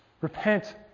Repent